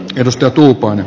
hevosta turpaan